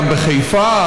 גם בחיפה,